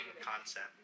concept